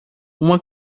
uma